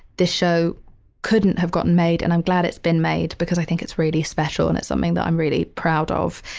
this show couldn't have gotten made. and i'm glad it's been made because i think it's really special and it's something that i'm really proud of.